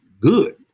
good